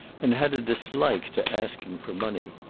and had a dislike to asking for money.